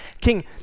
king